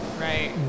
Right